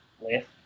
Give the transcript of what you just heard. left